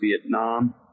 Vietnam